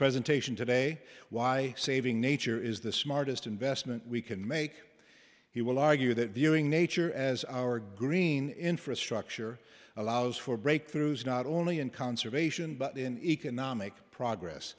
presentation today why saving nature is the smartest investment we can make he will argue that viewing nature as our green infrastructure allows for breakthroughs not only in conservation but in economic progress